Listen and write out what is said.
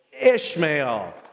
Ishmael